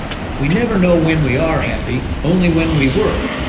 we never know when we are happy, only when we were.